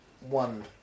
one